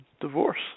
divorce